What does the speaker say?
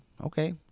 okay